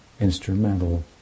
instrumental